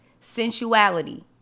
sensuality